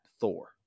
Thor